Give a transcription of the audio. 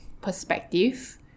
perspective